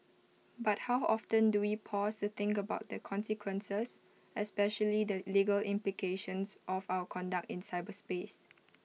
but how often do we pause to think about the consequences especially the legal implications of our conduct in cyberspace